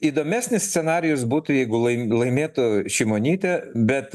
įdomesnis scenarijus būtų jeigu laim laimėtų šimonytė bet